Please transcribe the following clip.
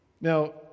Now